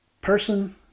person